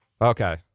Okay